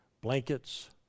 blankets